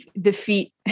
defeat